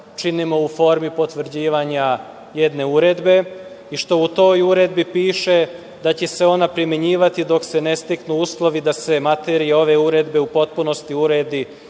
činimo u formi potvrđivanja jedne uredbe i što u toj uredbi piše da će se ona primenjivati dok se ne steknu uslovi da se materija ove uredbe u potpunosti uredi